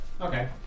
Okay